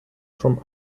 from